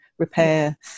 repair